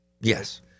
Yes